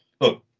look